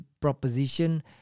proposition